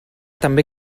també